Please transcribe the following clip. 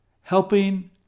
Helping